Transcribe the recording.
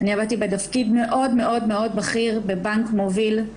אני עבדתי בתפקיד מאוד מאוד מאוד בכיר בבנק מוביל,